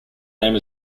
name